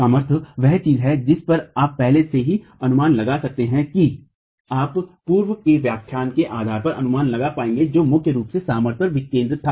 सामर्थ्य वह चीज है जिस पर आप पहले से ही अनुमान लगा सकते हैं कि आप पूर्व के व्याख्यानों के आधार पर अनुमान लगा पाएंगे जो मुख्य रूप से सामर्थ्य पर केंद्रित था